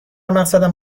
مقصدم